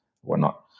whatnot